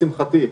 לשמחתי,